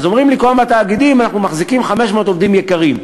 אז אומרים לי כל הזמן התאגידים: אנחנו מחזיקים 500 עובדים יקרים.